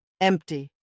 Empty